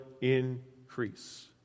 increase